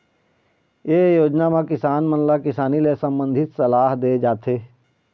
ए योजना म किसान मन ल किसानी ले संबंधित सलाह दे जाथे